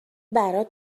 برات